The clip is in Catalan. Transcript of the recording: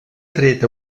tret